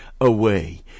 away